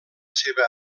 seva